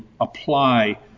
apply